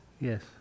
Yes